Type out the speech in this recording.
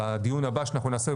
בדיון הבא שאנחנו נעשה,